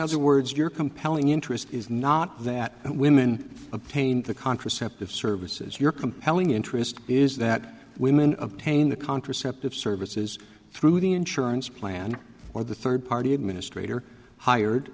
other words your compelling interest is not that women obtain the contraceptive services your compelling interest is that women obtain the contraceptive services through the insurance plan or the third party administrator hired